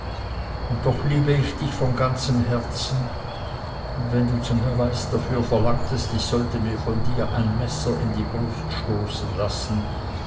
und doch liebe ich dich von ganzem herzen und wenn du zum beweis dafür verlangtest ich sollte mir von dir ein messer in die brust stoßen lassen